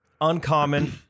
Uncommon